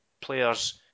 players